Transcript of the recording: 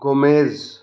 gomez